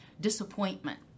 disappointment